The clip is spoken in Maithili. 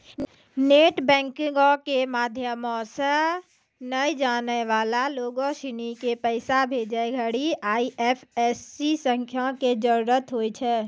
नेट बैंकिंगो के माध्यमो से नै जानै बाला लोगो सिनी के पैसा भेजै घड़ि आई.एफ.एस.सी संख्या के जरूरत होय छै